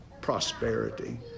prosperity